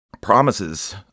promises